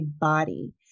body